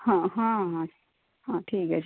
ହଁ ହଁ ହଁ ହଁ ଠିକ୍ ଅଛି